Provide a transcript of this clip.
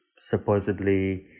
supposedly